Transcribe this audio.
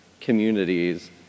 communities